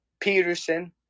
Peterson